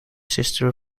sister